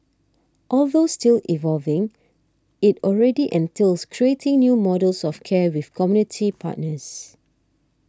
although still evolving it already entails creating new models of care with community partners